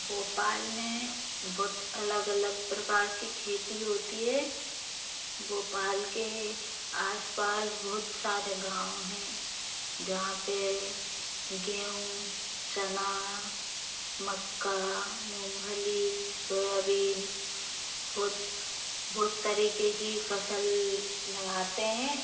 भोपाल में बहुत अलग अलग प्रकार की खेती होती है भोपाल के आसपास बहुत सारे गाँव हैं जहाँ पे गेहूँ चना मक्का मूंगफली सोयाबीन बहुत बहुत तरीके की फसल लगाते हैं